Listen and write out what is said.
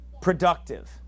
productive